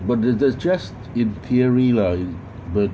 but that's just in theory lah but